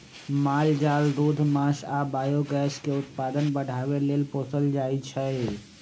माल जाल दूध मास आ बायोगैस के उत्पादन बढ़ाबे लेल पोसल जाइ छै